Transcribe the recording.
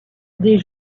dès